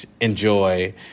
enjoy